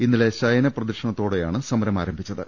ഇന്നലെ ശയന പ്രദക്ഷിണത്തോടെയാണ് സമരം ആരംഭിച്ചത്